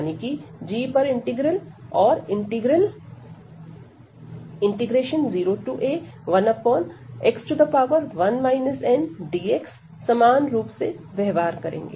यानी कि g पर इंटीग्रल और इंटीग्रल 0a1x1 ndx समान रूप से व्यवहार करेंगे